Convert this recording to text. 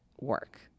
work